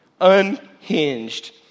Unhinged